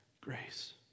grace